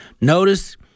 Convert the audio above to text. Notice